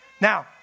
Now